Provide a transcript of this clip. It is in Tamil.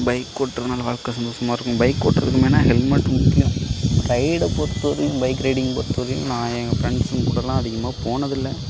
பைக் ஓட்டுறதுனால வாழ்க்க சந்தோஷமா இருக்கும் பைக் ஓட்டுறதுக்கு மெயினாக ஹெல்மெட்டு முக்கியம் ரைடை பொறுத்த வரையும் பைக் ரைடிங் பொறுத்த வரையும் நான் எங்கள் ஃப்ரெண்ட்ஸுங்க கூடலாம் அதிகமாக போனதில்லை